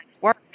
work